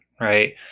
right